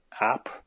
app